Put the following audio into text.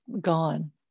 gone